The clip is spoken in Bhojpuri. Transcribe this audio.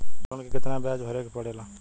लोन के कितना ब्याज भरे के पड़े ला?